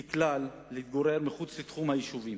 ככלל, להתגורר מחוץ לתחום היישובים,